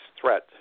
threat